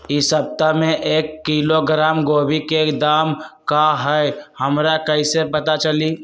इ सप्ताह में एक किलोग्राम गोभी के दाम का हई हमरा कईसे पता चली?